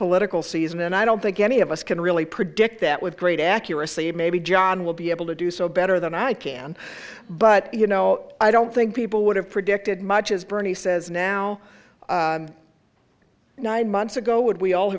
political season and i don't think any of us can really predict that with great accuracy and maybe john will be able to do so better than i can but you know i don't think people would have predicted much as bernie says now nine months ago would we all